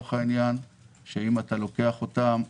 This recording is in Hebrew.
שאם אתה לוקח אותם,